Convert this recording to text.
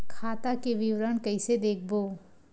खाता के विवरण कइसे देखबो?